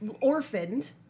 orphaned